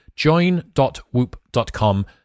join.whoop.com